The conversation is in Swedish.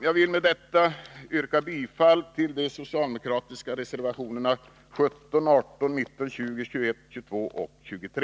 Jag vill med detta yrka bifall till de socialdemokratiska reservationerna 17, 18, 19, 20, 21, 22 och 23.